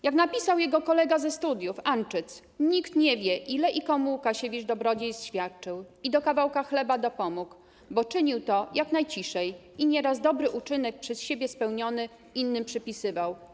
Jak napisał jego kolega ze studiów, Anczyc: Nikt nie wie, ile i komu Łukasiewicz dobrodziejstw świadczył i do kawałka chleba dopomógł, bo czynił to jak najciszej i nieraz dobry uczynek przez siebie spełniony innym przypisywał.